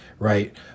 right